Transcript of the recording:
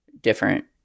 different